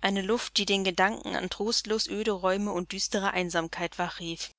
eine luft die den gedanken an trostlos öde räume und düstere einsamkeit wachrief